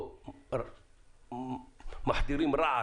מחדירים רעל